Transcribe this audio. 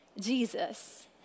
Jesus